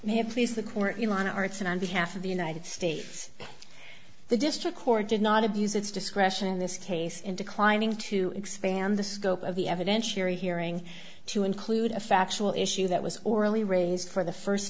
here please the court on arts and on behalf of the united states the district court did not abuse its discretion in this case in declining to expand the scope of the evidentiary hearing to include a factual issue that was orally raised for the first